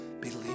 believe